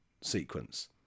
sequence